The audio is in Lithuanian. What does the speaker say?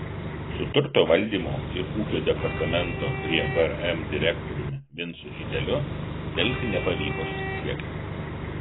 su turto valdymo ir ūkio departamento prie vrm direktoriumi vincu žydeliu delfi nepavyko susisiekti